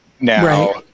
Now